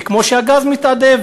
כמו שהגז מתאדה,